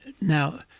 Now